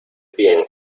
bien